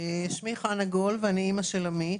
שמי חנה גול ואני אמא של עמית.